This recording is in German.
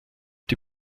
die